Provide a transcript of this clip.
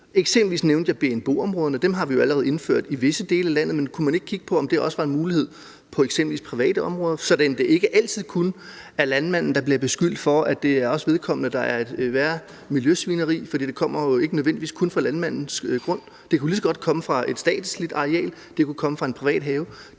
Eksempelvis nævnte jeg bnbo-områderne. Dem har vi allerede indført i visse dele af landet, men kunne man ikke kigge på, om det også var en mulighed på eksempelvis private områder, så det ikke altid kun er landmanden, der bliver beskyldt for miljøsvineri. For det kommer ikke nødvendigvis kun fra landmandens grund; det kunne lige så godt komme fra et statsligt areal, og det kunne komme fra en privat have.